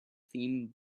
themed